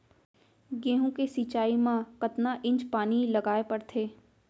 गेहूँ के सिंचाई मा कतना इंच पानी लगाए पड़थे?